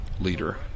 leader